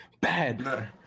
bad